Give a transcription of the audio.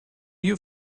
you